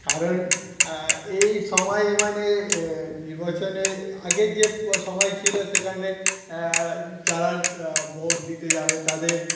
কারণ এই সময় মানে নির্বাচনে আগের যে সময় ছিল সেখানে যারা ভোট দিতে যাবে তাদের